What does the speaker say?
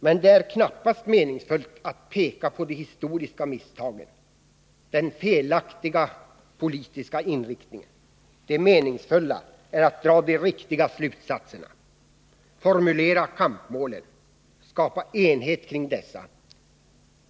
Men det är knappast meningsfullt att peka på de historiska misstagen, den felaktiga politiska inriktningen. Det meningsfulla är att dra de riktiga slutsatserna, formulera kampmålen, skapa enhet kring dessa.